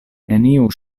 neniu